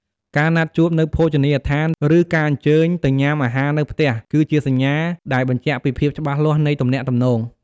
ការណាត់ជួបនៅភោជនីយដ្ឋាន ឬ ការអញ្ជើញទៅញ៉ាំអាហារនៅផ្ទះ គឺជាសញ្ញាដែលបញ្ជាក់ពីភាពច្បាស់លាស់នៃទំនាក់ទំនង។